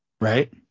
right